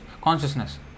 consciousness